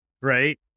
right